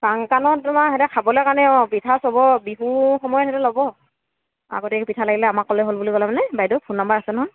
কাংকানত তোমাৰ সিহঁতে খাবলৈ কাৰণে অঁ পিঠা চব বিহুৰ সময়ত ল'ব আগতীয়াকৈ পিঠা লাগিলে আমাক ক'লেই হ'ল বুলি ক'লে মানে বাইদেউৰ ফোন নাম্বাৰ আছে নহয়